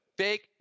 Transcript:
Fake